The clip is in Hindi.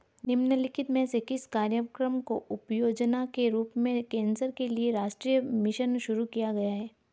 निम्नलिखित में से किस कार्यक्रम को उपयोजना के रूप में कैंसर के लिए राष्ट्रीय मिशन शुरू किया गया है?